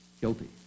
guilty